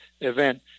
event